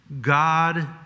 God